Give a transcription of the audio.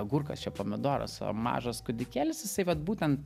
agurkas čia pomidoras o mažas kūdikėlis jisai vat būtent